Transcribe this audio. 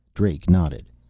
drake nodded.